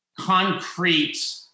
concrete